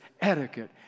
etiquette